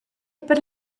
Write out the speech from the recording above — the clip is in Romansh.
per